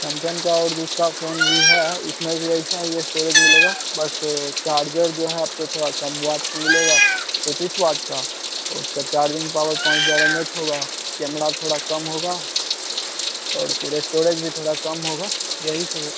Samsung का और दूसरा फ़ोन भी है उसमें भी ऐसा ही अस्टोरेज मिलेगा बस चार्जर जो है आपको थोड़ा कम वाट का मिलेगा तैतीस वाट का उसका चार्जिंग पावर पाँच हजार एम एच होगा कैमड़ा थोड़ा कम होगा और फिर स्टोड़ेज भी थोड़ा कम होगा यही सब हो